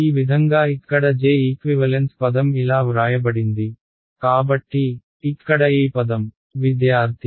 ఈ విధంగా ఇక్కడ j ఈక్వివలెన్స్ పదం ఇలా వ్రాయబడింది కాబట్టి ఇక్కడ ఈ పదం